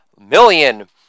million